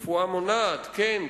רפואה מונעת, כן.